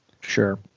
Sure